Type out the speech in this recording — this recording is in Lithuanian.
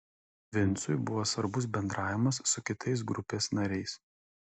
vincui buvo svarbus bendravimas su kitais grupės nariais